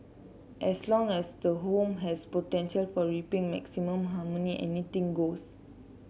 as long as the home has potential for reaping maximum harmony anything goes